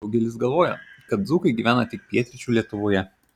daugelis galvoja kad dzūkai gyvena tik pietryčių lietuvoje